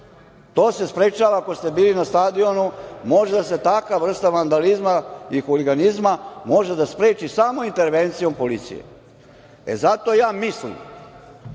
to se sprečava ako ste bili na stadionu, može da se takva vrsta vandalizma i huliganizma, može da spreči samo intervencijom policije. E, zato ja mislim